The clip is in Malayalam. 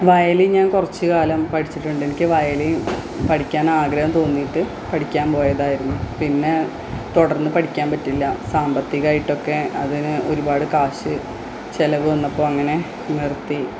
വയലിന് ഞാന് കുറച്ച് കാലം പഠിച്ചിട്ടുണ്ടെനിക്ക് വയലിന് പഠിക്കാനാഗ്രഹം തോന്നിയിട്ട് പഠിക്കാന് പോയതായിരുന്നു പിന്നെ തുടര്ന്ന് പഠിക്കാന് പറ്റിയില്ല സാമ്പത്തികമായിട്ടൊക്കെ അതിന് ഒരുപാട് കാശ് ചെലവ് വന്നപ്പോള് അങ്ങനെ നിര്ത്തി